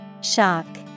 Shock